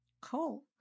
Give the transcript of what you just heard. Cool